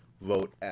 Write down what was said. vote